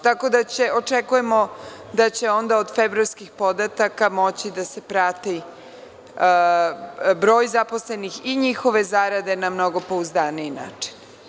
Tako da, očekujemo da će onda od februarskih podataka moći da se prati broj zaposlenih i njihove zarade na mnogo pouzdaniji način.